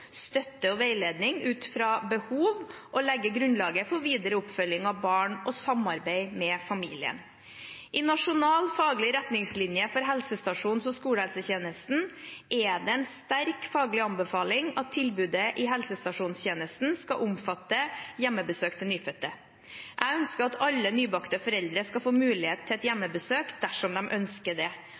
støtte og veiledning ut fra behov og legge grunnlaget for videre oppfølging av barnet og samarbeid med familien. I nasjonal faglig retningslinje for helsestasjons- og skolehelsetjenesten er det en sterk faglig anbefaling at tilbudet i helsestasjonstjenesten skal omfatte hjemmebesøk til nyfødte. Jeg ønsker at alle nybakte foreldre skal få mulighet til et hjemmebesøk, dersom de ønsker det.